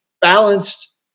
balanced